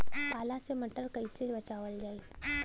पाला से मटर कईसे बचावल जाई?